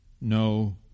No